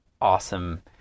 awesome